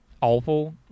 awful